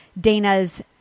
Dana's